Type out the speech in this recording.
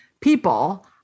people